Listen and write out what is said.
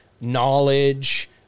knowledge